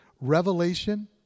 revelation